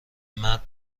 مرد